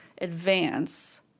advance